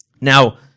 Now